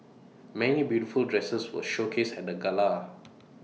many beautiful dresses were showcased at the gala